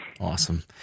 Awesome